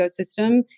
ecosystem